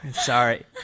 sorry